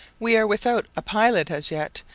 we are without a pilot as yet,